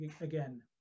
again